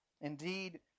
Indeed